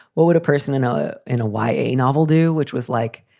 what would a person in a in a y a novel do? which was like,